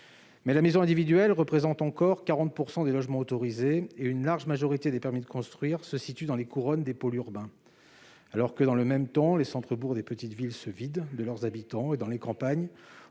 la maison individuelle représente encore 40 % des logements autorisés, et une large majorité des permis de construire se situent dans les couronnes des pôles urbains. Dans le même temps, les centres-bourgs des petites villes se vident de leurs habitants et, dans les campagnes,